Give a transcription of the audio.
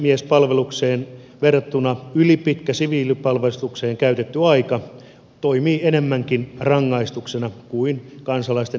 aseistakieltäytyjien varusmiespalvelukseen verrattuna ylipitkä siviilipalvelukseen käyttämä aika toimii enemmänkin rangaistuksena kuin kansalaisten yhdenvertaisena kohtelemisena